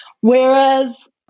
whereas